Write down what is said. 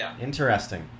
Interesting